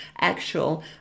actual